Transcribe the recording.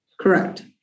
Correct